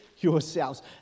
yourselves